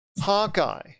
Hawkeye